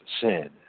sin